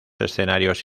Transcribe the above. escenarios